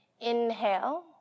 Inhale